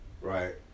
Right